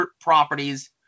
properties